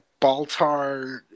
Baltar